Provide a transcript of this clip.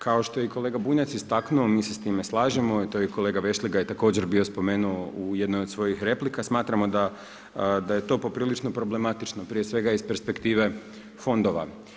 Kao što je i kolega Bunjac istaknuo, mi se s time slažemo i to je kolega Vešligaj je također bio spomenuo u jednoj od svojih replika, smatramo da je to poprilično problematično, prije svega iz perspektive fondova.